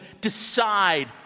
decide